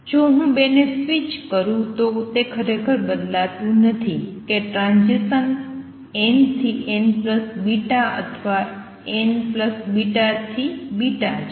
જો હું બેને સ્વિચ કરું તો તે ખરેખર બદલાતું નથી કે ટ્રાંઝીસન n થી nβ અથવા nβ થી છે